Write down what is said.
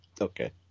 Okay